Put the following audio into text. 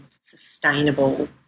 sustainable